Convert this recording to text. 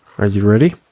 are you ready?